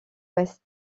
ouest